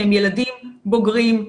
שהם ילדים בוגרים,